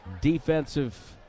defensive